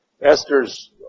Esther's